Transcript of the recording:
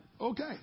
Okay